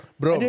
bro